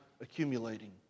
accumulating